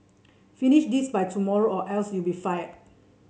finish this by tomorrow or else you'll be fired